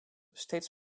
steeds